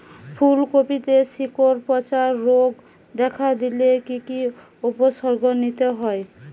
ফুলকপিতে শিকড় পচা রোগ দেখা দিলে কি কি উপসর্গ নিতে হয়?